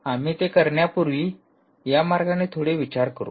आम्ही ते करण्यापूर्वी या मार्गाने थोडे विचार करू